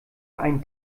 einen